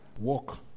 Walk